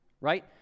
right